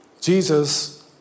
Jesus